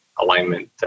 alignment